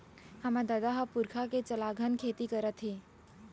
हमर ददा ह पुरखा के चलाघन खेती करत हे